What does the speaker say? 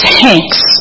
tanks